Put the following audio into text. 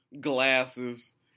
glasses